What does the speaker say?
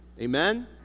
Amen